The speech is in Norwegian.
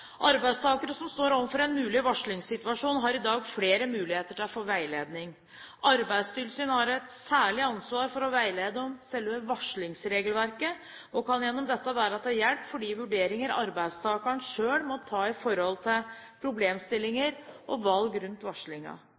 Arbeidstakere som står overfor en mulig varslingssituasjon, har i dag flere muligheter til å få veiledning. Arbeidstilsynet har et særlig ansvar for å veilede om selve varslingsregelverket, og kan gjennom dette være til hjelp for de vurderinger arbeidstakeren selv må ta i forhold til problemstillinger og valg rundt